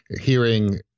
hearing